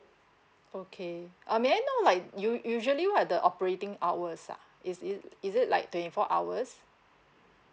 okay um may I know like u~ usually what are the operating hours ah is it is it like twenty four hours